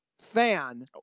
Fan